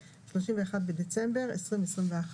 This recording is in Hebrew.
התשפ"ב-31.12.2021.